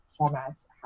formats